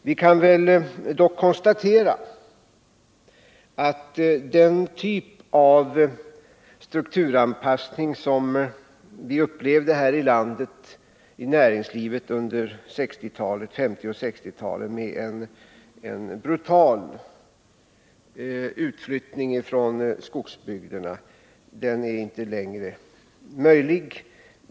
Vi kan dock konstatera att den typ av strukturanpassning som vi upplevde inom näringslivet här i landet under 1950 och 1960-talen, med en brutal utflyttning från skogsbygderna, inte längre är möjlig att genomföra.